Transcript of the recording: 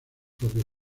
propios